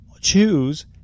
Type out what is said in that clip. choose